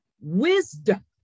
wisdom